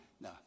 no